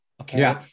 Okay